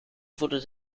wurde